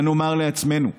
מה נאמר לעצמנו?